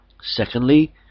Secondly